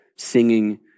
singing